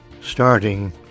starting